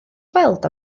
gweld